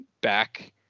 back